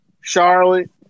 Charlotte